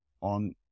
on